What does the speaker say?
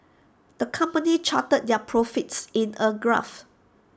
the company charted their profits in A graph